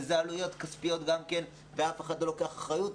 וזה עלויות כספיות ואף אחד לא לוקח אחריות.